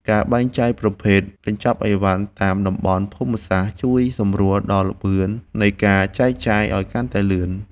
ការបែងចែកប្រភេទកញ្ចប់អីវ៉ាន់តាមតំបន់ភូមិសាស្ត្រជួយសម្រួលដល់ល្បឿននៃការចែកចាយឱ្យកាន់តែលឿន។